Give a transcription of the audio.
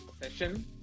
session